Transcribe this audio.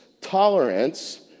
Tolerance